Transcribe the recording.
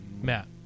Matt